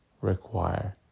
require